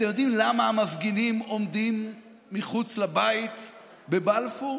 אתם יודעים למה המפגינים עומדים מחוץ לבית בבלפור?